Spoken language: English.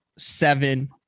seven